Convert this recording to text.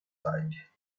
side